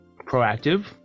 proactive